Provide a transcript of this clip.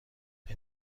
این